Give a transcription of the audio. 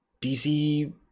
DC